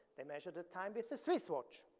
they measured the time with the swiss watch,